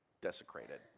desecrated